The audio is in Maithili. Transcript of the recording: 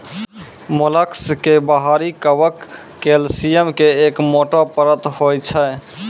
मोलस्क के बाहरी कवच कैल्सियम के एक मोटो परत होय छै